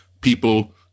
people